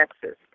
Texas